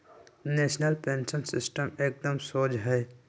national pension system एकदम शोझ हइ